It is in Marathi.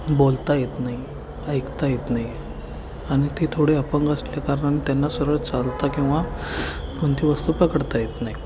बोलता येत नाही ऐकता येत नाही आणि ते थोडे अपंग असल्याकारणानं त्यांना सरळ चालता किंवा कोणती वस्तू पकडता येत नाही